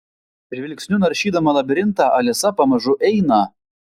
žvilgsniu naršydama labirintą alisa pamažu eina